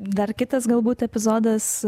dar kitas galbūt epizodas